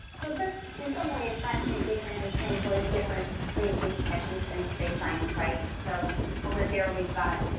so this, in some way science communication employs different communications techniques in today's science writing. so over here, we've got,